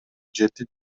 жети